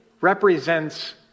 represents